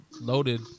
loaded